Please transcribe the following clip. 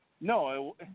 No